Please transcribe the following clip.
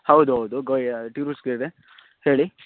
ಹೌದು ಹೌದು ಗೋಯ ಟೂರಿಸ್ಟ್ ಗೈಡೆ ಹೇಳಿ